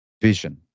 vision